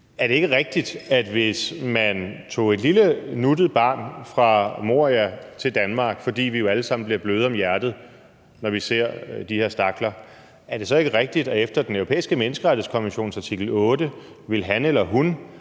Er det ikke rigtigt, at hvis man tog et lille nuttet barn fra Morialejren til Danmark, fordi vi jo alle sammen bliver bløde om hjertet, når vi ser de her stakler, ville han eller hun efter Den Europæiske Menneskerettighedskonventions artikel 8 have krav